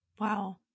Wow